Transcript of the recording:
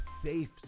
safe